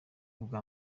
ubwa